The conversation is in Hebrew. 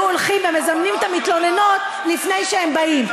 הולכים ומזמנים את המתלוננות לפני שהם באים,